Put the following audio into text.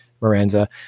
Miranda